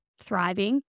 thriving